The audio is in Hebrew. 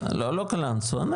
קלנסווה.